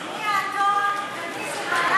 מי זה האתון ומי זה בלק?